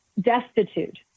destitute